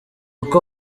uko